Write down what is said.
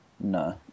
No